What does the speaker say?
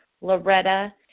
Loretta